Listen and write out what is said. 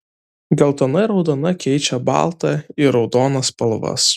geltona ir raudona keičia baltą ir raudoną spalvas